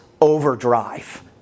overdrive